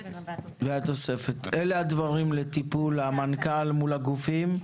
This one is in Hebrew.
אלה הדברים לטיפול המנכ"ל מול הגופים.